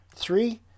Three